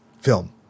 film